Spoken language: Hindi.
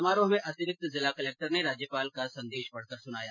समारोह में अतिरिक्त जिला कलेक्टर ने राज्यपाल का संदेश पढकर सुनाया